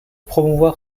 promouvoir